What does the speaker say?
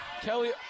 Kelly